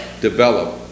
develop